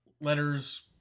letters